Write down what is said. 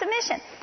submission